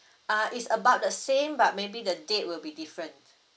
uh it's about the same but maybe the date will be different